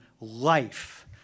life